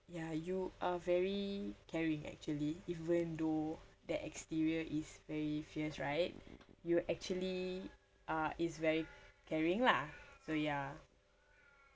ya you are very caring actually even though that exterior is very fierce right you actually uh is very caring lah so ya